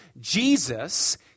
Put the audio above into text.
Jesus